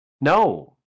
No